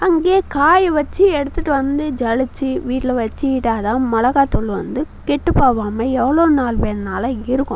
அங்கேயே காய வச்சு எடுத்துகிட்டு வந்து ஜலிச்சு வீட்டில் வச்சிக்கிட்டால் தான் மிளகாத்தூள் வந்து கெட்டுப்போவாமல் எவ்வளோ நாள் வேணாலும் இருக்கும்